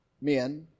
men